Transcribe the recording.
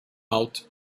out